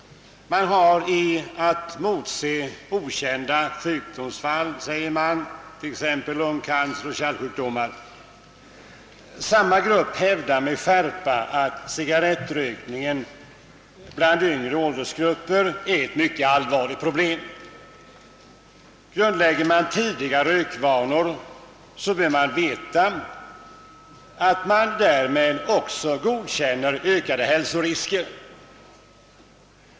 Man har att motse ännu okända sjukdomsfall, säger man, t.ex. i lungcancer och kärlsjukdomar. Samma grupp hävdar med skärpa att cigarrettrökningen bland yngre åldersgrupper är ett mycket allvarligt problem. Grundlägger man tidiga rökvanor bör man veta, att man därmed även godkänner ökade hälsorisker.